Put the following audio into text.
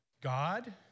God